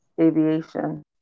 aviation